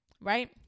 right